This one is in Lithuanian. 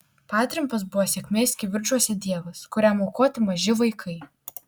patrimpas buvo sėkmės kivirčuose dievas kuriam aukoti maži vaikai